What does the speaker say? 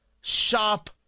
shop